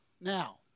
Now